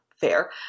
fair